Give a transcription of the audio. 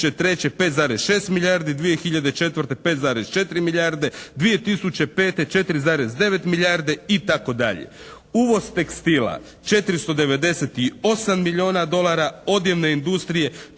Uvoz tekstila 498 milijuna dolara. Odjevne industrije